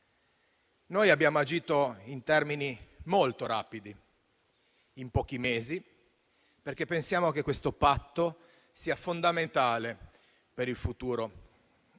Noi abbiamo agito in tempi molto rapidi, in pochi mesi, perché pensiamo che questo patto sia fondamentale per il futuro della